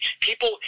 people